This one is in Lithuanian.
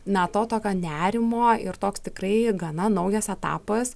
na to tokio nerimo ir toks tikrai gana naujas etapas